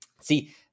see